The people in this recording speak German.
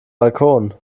balkon